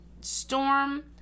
storm